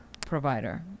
provider